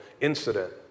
incident